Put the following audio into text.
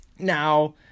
Now